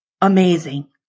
amazing